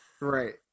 Right